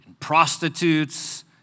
prostitutes